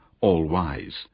all-wise